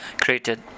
created